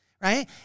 right